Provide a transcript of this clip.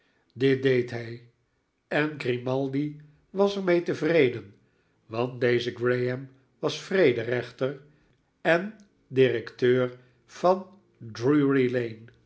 dit deed hij en grimaldi was er mee tevreden want deze graham was vrederechter en directeur van